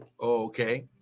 okay